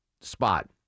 spot